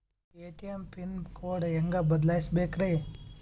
ATM pin code ಹೆಂಗ್ ಬದಲ್ಸ್ಬೇಕ್ರಿ?